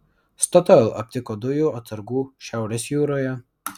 statoil aptiko dujų atsargų šiaurės jūroje